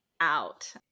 out